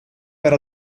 per